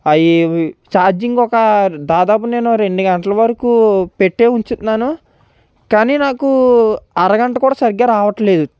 అయి ఛార్జింగ్ ఒక దాదాపు నేను రెండు గంటల వరకు పెట్టే ఉంచుతున్నాను కానీ నాకు అరగంట కూడా సరిగ్గా రావట్లేదు